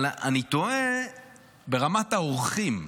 אבל אני תוהה ברמת העורכים,